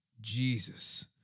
Jesus